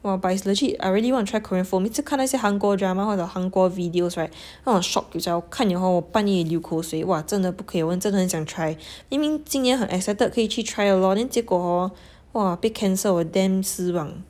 !wah! but is legit I really want to try korean food 我每次看那些韩国 drama 或者韩国 videos right 那种 short videos 看了 hor 我半夜流口水 !wah! 真的不可以我真的很想 try 明明今年很 excited 可以去 try 了 lor then 结果 hor !wah! 被 cancel 我 damn 失望